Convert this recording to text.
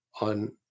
on